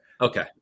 Okay